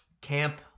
Camp